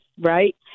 Right